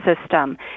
system